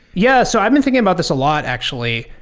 yeah. so i've been thinking about this a lot actually.